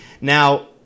Now